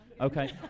Okay